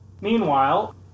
Meanwhile